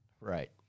Right